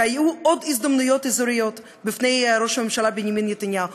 שהיו עוד הזדמנויות אזוריות בפני ראש הממשלה בנימין נתניהו,